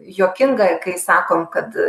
juokinga kai sakom kad